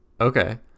Okay